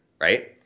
Right